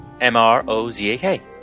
M-R-O-Z-A-K